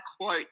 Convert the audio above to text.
quote